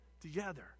together